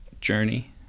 journey